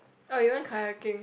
oh you went kayaking